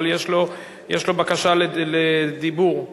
אבל יש לו בקשה לרשות דיבור.